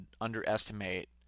underestimate